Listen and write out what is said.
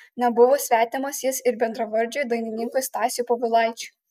nebuvo svetimas jis ir bendravardžiui dainininkui stasiui povilaičiui